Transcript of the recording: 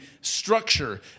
structure